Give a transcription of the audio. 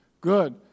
good